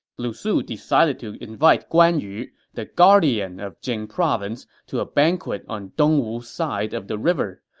lu su decided to invite guan yu, the guardian of jing province, to a banquet on dongwu's side of the river,